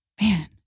man